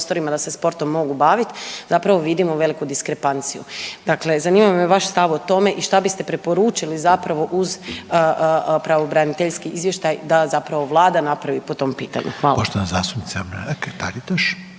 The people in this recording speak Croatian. da se sportom mogu baviti zapravo vidimo veliku diskrepanciju. Dakle, zanima me vaš stav o tome i što biste preporučili zapravo uz pravobraniteljski izvještaj da zapravo Vlada napravi po tom pitanju. Hvala.